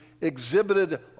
exhibited